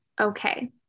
okay